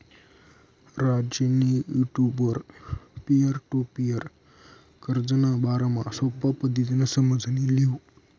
राजेंनी युटुबवर peer to peer कर्जना बारामा सोपा पद्धतीनं समझी ल्हिनं